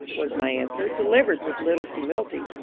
was my answer, delivered with little humility,